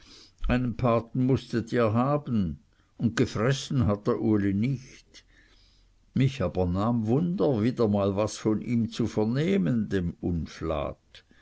einen paten mußtet ihr haben und gefressen hat er uli nicht mich nahm aber wunder mal wieder was von ihm zu vernehmen dem